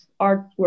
artwork